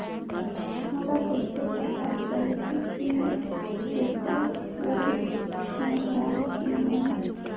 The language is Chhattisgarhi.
मोला कइसे पता चलही की येकर योग्य मैं हों की नहीं?